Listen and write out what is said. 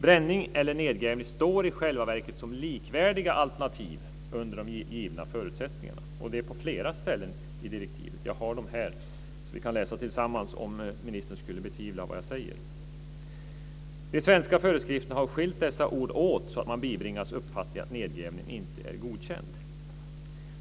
Bränning eller nedgrävning står i själva verket som likvärdiga alternativ under de givna förutsättningarna, och det på flera ställen i direktivet. Jag har det med mig här, så vi kan läsa tillsammans om ministern skulle betvivla vad jag säger. De svenska föreskrifterna har skilt dessa ord åt så att man bibringas uppfattningen att nedgrävning inte är godkänd.